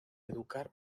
educar